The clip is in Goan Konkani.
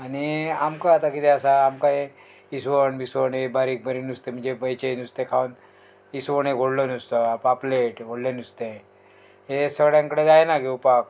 आनी आमकां आतां कितें आसा आमकां हें इसवण बिसवण एक बारीक बारीक नुस्तें म्हणजे बैचे नुस्तें खावन इसवण एक व्हडलो नुस्तें पापलेट व्हडलें नुस्तें हें सगळ्यां कडेन जायना घेवपाक